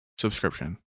subscription